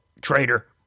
traitor